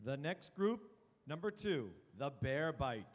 the next group number two the bear b